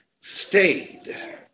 Stayed